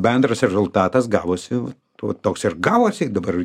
bendras rezultatas gavosi vat toks ir gavosi dabar